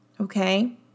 okay